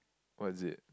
what is it